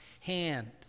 hand